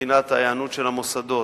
מבחינת ההיענות של המוסדות,